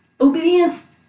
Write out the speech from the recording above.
obedience